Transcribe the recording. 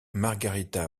margarita